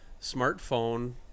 smartphone